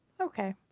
okay